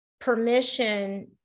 permission